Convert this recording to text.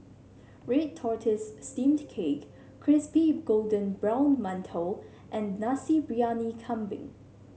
ready tortoise steamed cake Crispy Golden Brown Mantou and Nasi Briyani Kambing